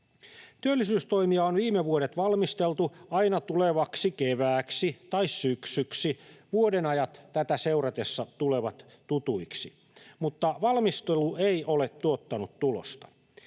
Työllisyystoimia on viime vuodet valmisteltu aina tulevaksi kevääksi tai syksyksi. Vuodenajat tätä seuratessa tulevat tutuiksi, mutta valmistelu ei ole tuottanut tulosta.